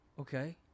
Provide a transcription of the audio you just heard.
Okay